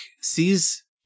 sees